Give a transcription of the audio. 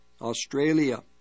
Australia